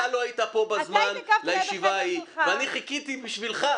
אתה לא היית כאן בזמן לישיבה ההיא ואני חיכיתי בשבילך,